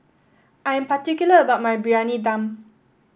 I am particular about my Briyani Dum